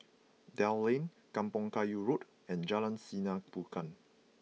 Dell Lane Kampong Kayu Road and Jalan Sinar Bulan